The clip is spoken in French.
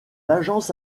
agences